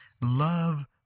Love